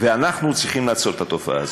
ואנחנו צריכים לעצור את התופעה הזאת.